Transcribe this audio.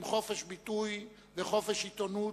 עם חופש ביטוי וחופש עיתונות,